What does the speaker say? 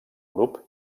grup